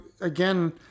again